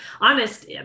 honest